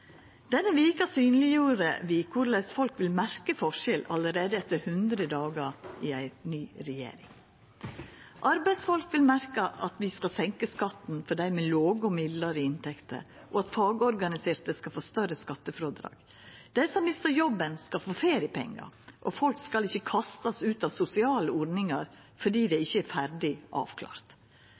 Denne veka synleggjorde vi korleis folk vil merkja forskjell allereie etter 100 dagar med ei ny regjering. Arbeidsfolk vil merkja at vi skal senka skatten for dei med låge og midlare inntekter, og at fagorganiserte skal få større skattefrådrag. Dei som mistar jobben, skal få feriepengar, og folk skal ikkje verta kasta ut av sosiale ordningar fordi dei ikkje er ferdig